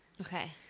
Okay